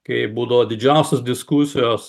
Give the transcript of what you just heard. kai būdavo didžiausios diskusijos